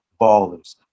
ballers